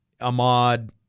Ahmad